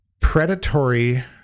predatory